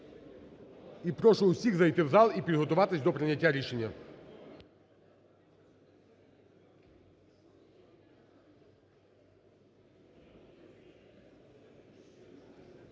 і прошу всіх зайти в зал і підготуватися до прийняття рішення.